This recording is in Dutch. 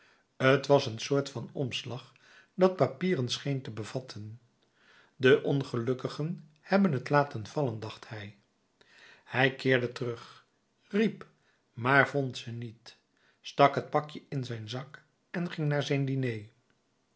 t was een soort van omslag dat papieren scheen te bevatten de ongelukkigen hebben het laten vallen dacht hij hij keerde terug riep maar vond ze niet stak het pakje in zijn zak en ging naar zijn diner